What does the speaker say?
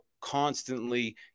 constantly